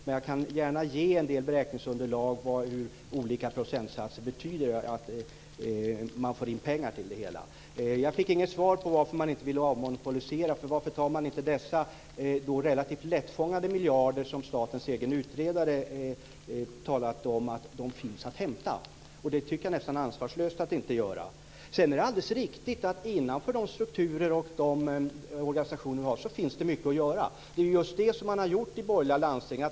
Men jag kan gärna ge en del beräkningsunderlag för vad olika procentsatser betyder för att man får in pengar till det hela. Jag fick inget svar på varför man inte vill avmonopolisera. Varför tar man inte hem de relativt lättfångade miljarder som statens egen utredare har sagt finns att hämta? Det tycker jag nästan att det är ansvarslöst att inte göra. Sedan är det alldeles riktigt att det innanför de strukturer och organisationer vi har finns mycket att göra. Det är just det man har gjort i borgerliga landsting.